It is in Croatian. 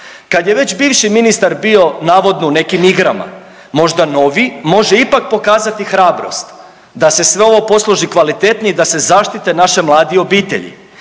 Kad je već bivši ministar bio navodno u nekim igrama, možda novi može ipak pokazati hrabrost da se sve ovo posloži kvalitetnije i da se zaštite naše mlade obitelji.